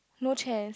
no chairs